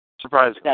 Surprise